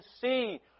see